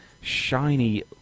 shiny